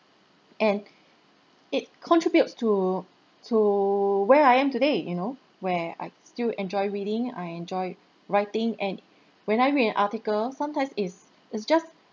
and it contributes to to where I am today you know where I still enjoy reading I enjoy writing and when I read an article sometimes it is it's just